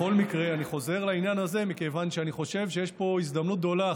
אני חוזר לעניין הזה מכיוון שאני חושב שיש פה הזדמנות גדולה.